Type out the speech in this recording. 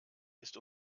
ist